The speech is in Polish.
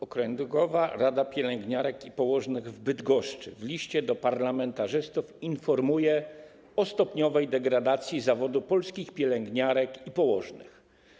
Okręgowa Rada Pielęgniarek i Położnych w Bydgoszczy w liście do parlamentarzystów informuje o stopniowej degradacji zawodu polskich pielęgniarek i położnych.